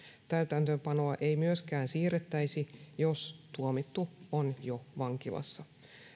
täytäntöönpanoa ei myöskään siirrettäisi jos tuomittu on jo vankilassa